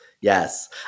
Yes